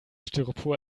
styropor